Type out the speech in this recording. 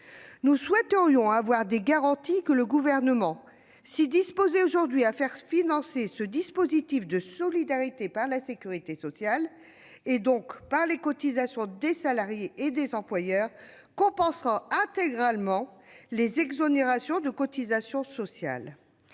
Nous souhaiterions avoir des garanties que le Gouvernement, si disposé aujourd'hui à faire financer ce dispositif de solidarité par la sécurité sociale, donc par les cotisations des salariés et des employeurs, compensera intégralement ces exonérations. Sinon, cette